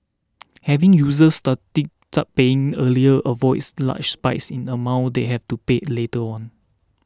having users started that paying earlier avoids large spikes in the amount they have to pay later on